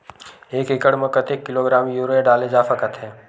एक एकड़ म कतेक किलोग्राम यूरिया डाले जा सकत हे?